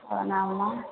అవునా అమ్మా